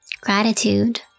gratitude